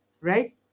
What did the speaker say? right